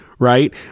right